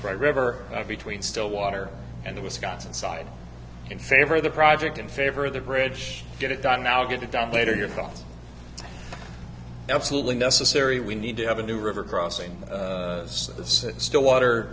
route river between stillwater and wisconsin side in favor of the project in favor of the bridge get it done now get it done later your folks absolutely necessary we need to have a new river crossing this still water